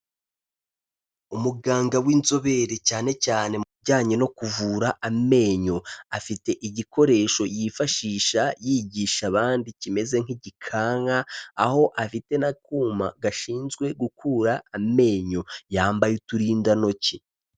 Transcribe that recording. Umuganga w'inzobere cyane cyane mu bijyanye no kuvura amenyo, afite igikoresho yifashisha yigisha abandi kimeze nk'igikanka, aho afite n'akuma gashinzwe gukura amenyo, yambaye uturindantoki.